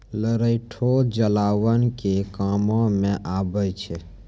लरैठो जलावन के कामो मे आबै छै